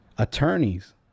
Attorneys